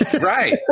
Right